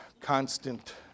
constant